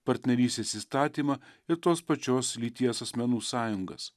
partnerystės įstatymą ir tos pačios lyties asmenų sąjungas